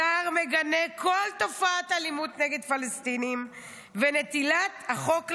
השר מגנה כל תופעת אלימות נגד פלסטינים ונטילת החוק לידיים,